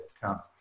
come